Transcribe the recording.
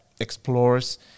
explores